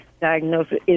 diagnosis